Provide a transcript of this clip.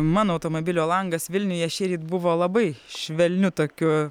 mano automobilio langas vilniuje šįryt buvo labai švelniu tokiu